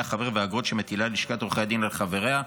החבר והאגרות שמטילה לשכת עורכי הדין על חבריה,